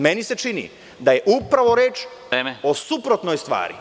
Meni se čini da je upravo reč o suprotnoj stvari.